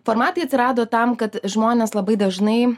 formatai atsirado tam kad žmonės labai dažnai